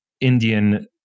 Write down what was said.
Indian